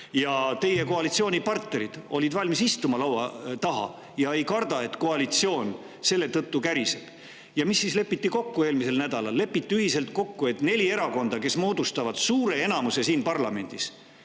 Teie koalitsioonipartnerid olid valmis istuma laua taha. Nad ei karda, et koalitsioon selle tõttu käriseb. Ja mis siis lepiti kokku eelmisel nädalal? Lepiti ühiselt kokku, et neli erakonda, kes moodustavad enamuse siin parlamendis,